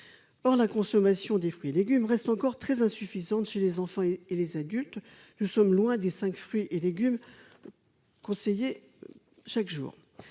par la consommation des fruits et légumes reste encore très insuffisante sur les enfants et les adultes, nous sommes loin des 5 fruits et légumes, conseiller chaque jour